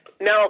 Now